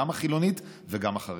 גם החילונית וגם החרדית,